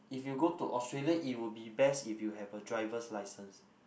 if you go to Australia it would be best if you have a driver's license